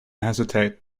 hesitate